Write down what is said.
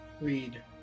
read